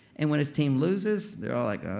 and when his team loses, they're all like, uhhh.